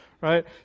right